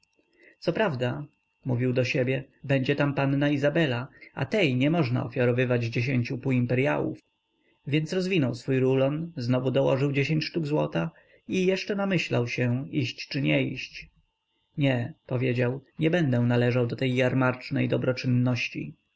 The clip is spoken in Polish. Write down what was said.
co prawda mówił do siebie będzie tam panna izabela a tej nie można ofiarowywać dziesięciu półimperyałów więc rozwinął swój rulon znowu dołożył dziesięć sztuk złota i jeszcze namyślał się iść czy nie iść nie powiedział nie będę należał do tej jarmarcznej dobroczynności rzucił rulon do kasy